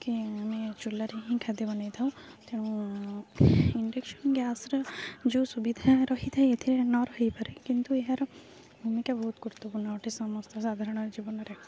କି ଆମେ ଚୁଲାରେ ହିଁ ଖାଦ୍ୟ ବନେଇଥାଉ ତେଣୁ ଇଣ୍ଡକ୍ସନ ଗ୍ୟାସର ଯୋଉ ସୁବିଧା ରହିଥାଏ ଏଥିରେ ନ ରହିପାରେ କିନ୍ତୁ ଏହାର ଭୂମିକା ବହୁତ ଗୁରୁତ୍ୱପୂର୍ଣ୍ଣ ଅଟେ ସମସ୍ତଙ୍କ ସାଧାରଣ ଜୀବନରେ